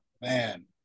Man